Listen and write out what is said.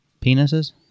penises